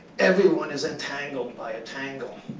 everyone is entangled by a tangle.